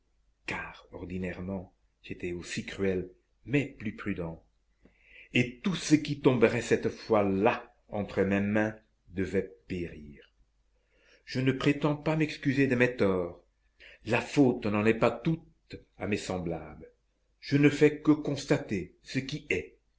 et tout ce qui tomberait cette fois-là entre mes mains devait périr je ne prétends pas m'excuser de mes torts la faute n'en est pas toute à mes semblables je ne fais que constater ce qui est